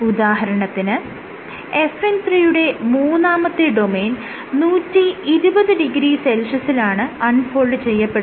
ഉദാഹരണത്തിന് FN 3 യുടെ മൂന്നാമത്തെ ഡൊമെയ്ൻ 1200 സെൽഷ്യസിലാണ് അൺ ഫോൾഡ് ചെയ്യപ്പെടുന്നത്